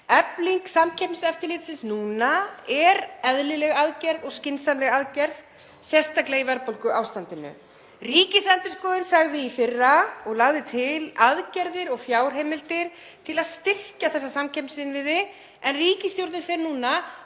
Efling Samkeppniseftirlitsins núna er eðlileg aðgerð og skynsamleg aðgerð, sérstaklega í verðbólguástandinu. Ríkisendurskoðun lagði í fyrra til aðgerðir og fjárheimildir til að styrkja þessa samkeppnisinnviði en ríkisstjórnin fer núna